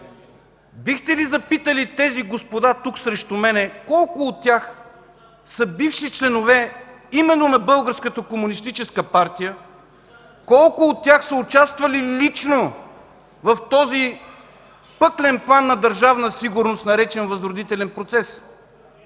бихте ли запитали тези господа тук, срещу мен, колко от тях са бивши членове именно на Българската комунистическа партия? Колко от тях са участвали лично в този пъклен план на Държавна сигурност, наречен „възродителен процес”?